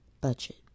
budget